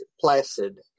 placid